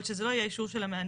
אבל שזה לא יהיה אישור של המהנדס,